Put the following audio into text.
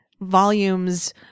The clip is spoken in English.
volumes